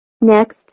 Next